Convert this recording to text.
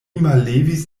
mallevis